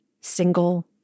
single